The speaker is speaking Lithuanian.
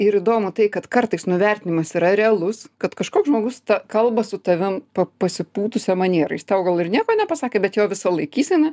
ir įdomu tai kad kartais nuvertinimas yra realus kad kažkoks žmogus ta kalba su tavim pa pasipūtusia maniera jis tau gal ir nieko nepasakė bet jo visa laikysena